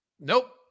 Nope